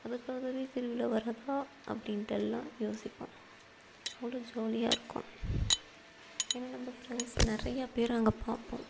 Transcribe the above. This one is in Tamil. அதுக்காகவே திருவிழா வராதா அப்படின்ட்டு எல்லோரும் யோசிப்போம் அவ்வளோ ஜாலியாக இருக்கும் ஏனால் நம்ப ஃப்ரெண்ட்ஸ் நிறைய பேர் அங்கே பார்ப்போம்